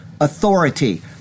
authority